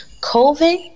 covid